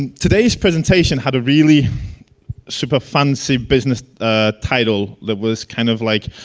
and today's presentation had a really super fancy business title that was kind of like